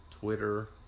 Twitter